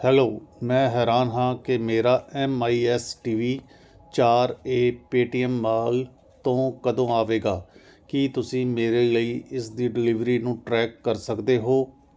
hello ਮੈਂ ਹੈਰਾਨ ਹਾਂ ਕਿ ਮੇਰਾ M I S T V ਚਾਰ ਏ ਪੇਟੀਐਮ ਮਾਲ ਤੋਂ ਕਦੋਂ ਆਵੇਗਾ ਕੀ ਤੁਸੀਂ ਮੇਰੇ ਲਈ ਇਸ ਦੀ ਡਿਲਿਵਰੀ ਨੂੰ ਟਰੈਕ ਕਰ ਸਕਦੇ ਹੋ